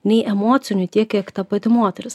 nei emocinių tiek kiek ta pati moteris